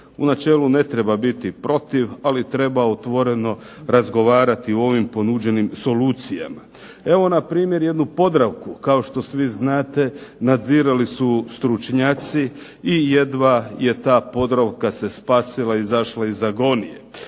u načelu ne treba biti protiv ali treba otvoreno razgovarati o ovim ponuđenim solucijama. Evo, jednu Podravku kao što svi znate nadzirali su stručnjaci i jedva je ta Podravka se spasila, izašla iz agonije.